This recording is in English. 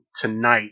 tonight